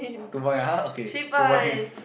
two points !huh! okay two points